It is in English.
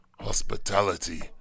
hospitality